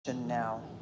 now